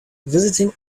visiting